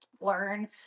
learn